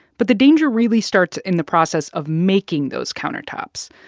but the danger really starts in the process of making those countertops.